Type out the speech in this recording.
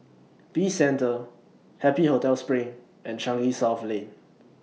Peace Centre Happy Hotel SPRING and Changi South Lane